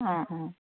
অঁ অঁ